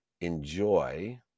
enjoy